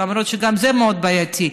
למרות שגם זה מאוד בעייתי,